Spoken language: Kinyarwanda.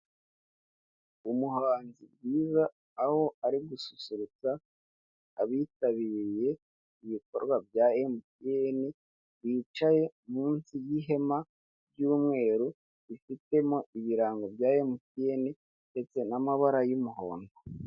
Umuhanzi mwiza, aho ari gususurutsa abitabiriye ibikorwa bya emutiyeni, bicaye munsi y'ihema ry'umweru rifitemo ibirango bya emutiyeni ndetse n'amabara y'umuhondo.